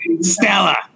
Stella